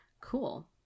Cool